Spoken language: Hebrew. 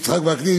יצחק וקנין,